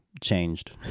changed